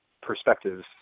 perspectives